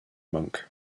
monk